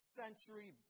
century